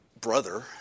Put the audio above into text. brother